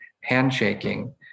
handshaking